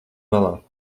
malā